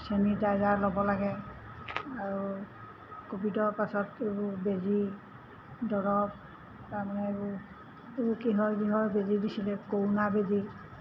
sanitiser ল'ব লাগে আৰু ক'ভিডৰ পাছত এইবোৰ বেজী দৰব তাৰ মানে এইবোৰ এইবোৰ কিহৰ কিহৰ বেজী দিছিলে কৰোনা বেজী